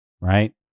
right